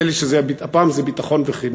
נדמה לי שהפעם זה ביטחון וחינוך.